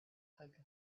hug